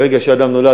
ברגע שאדם נולד,